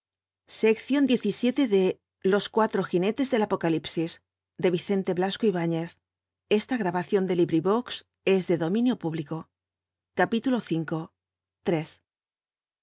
mitad los cuatro jinetes del apocalipsis de